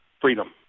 freedom